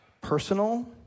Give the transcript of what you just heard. personal